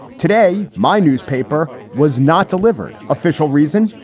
today, my newspaper was not delivered official reason.